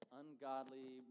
ungodly